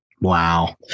Wow